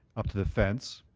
up to the fence.